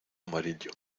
amarillo